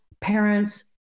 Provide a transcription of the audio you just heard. parents